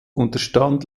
unterstand